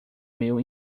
meu